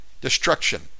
destruction